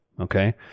okay